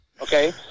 Okay